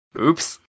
oops